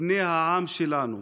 בני העם שלנו